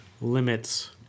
limits